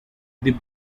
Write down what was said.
the